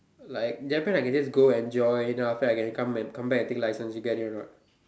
like Japan I can just go enjoy then after that I come come back and take license you get it or not